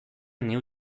new